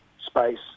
space